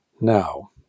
Now